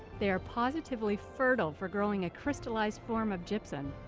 they are positively fertile for growing a crystallized form of gypsum.